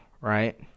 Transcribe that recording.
right